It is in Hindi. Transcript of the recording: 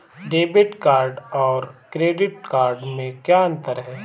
डेबिट कार्ड और क्रेडिट कार्ड में क्या अंतर है?